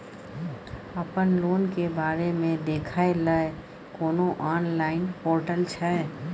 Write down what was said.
अपन लोन के बारे मे देखै लय कोनो ऑनलाइन र्पोटल छै?